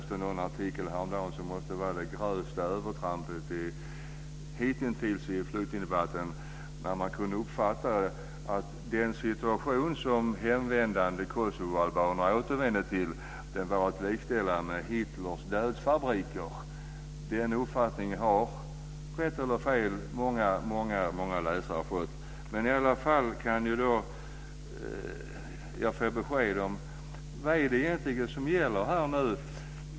Jag läste en artikel häromdagen som måste vara det grövsta övertrampet hittills i flyktingdebatten. Där kunde man uppfatta att den situation som hemvändande kosovoalbaner återvände till var att likställa med Hitlers dödsfabriker. Den uppfattningen har, rätt eller fel, många läsare fått. I alla fall kan jag få besked om vad det egentligen är som gäller.